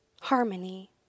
harmony